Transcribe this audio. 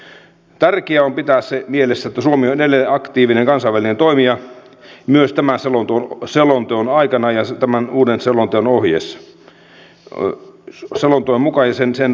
tärkeää on pitää mielessä se että suomi on edelleen aktiivinen kansainvälinen toimija myös tämän sanotun sielun tuona aikana ja sataman uuden selonteon on edessä on iso saldo mukaisena vaikutusaikana